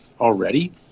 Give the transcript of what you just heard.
already